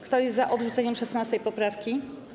Kto jest za odrzuceniem 16. poprawki?